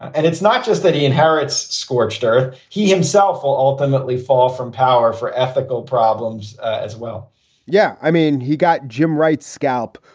and it's not just that he inherits scorched earth. he himself will ultimately fall from power for ethical problems as well yeah. i mean, he got jim wright's scalp.